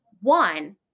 One